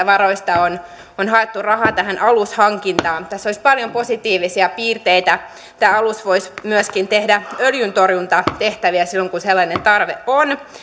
varoista on on haettu rahaa alushankintaan tässä olisi paljon positiivisia piirteitä tämä alus voisi myöskin tehdä öljyntorjuntatehtäviä silloin kun sellainen tarve on